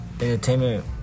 entertainment